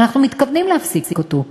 ואנחנו מתכוונים להפסיק אותו,